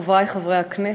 חברי חברי הכנסת,